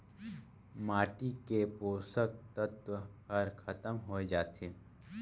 माटी के पोसक तत्व हर खतम होए जाथे